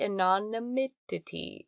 Anonymity